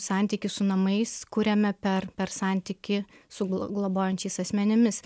santykį su namais kuriame per per santykį su glo globojančiais asmenimis